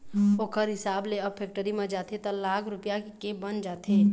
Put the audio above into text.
ओखर हिसाब ले अब फेक्टरी म जाथे त लाख रूपया के बन जाथे